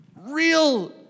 Real